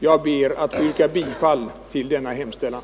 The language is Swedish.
Jag ber att få yrka bifall till denna hemställan.